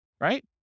right